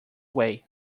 way